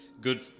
good